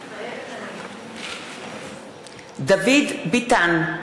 מתחייבת אני דוד ביטן,